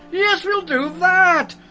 yes, we'll do that!